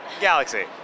Galaxy